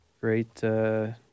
Great